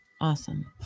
Awesome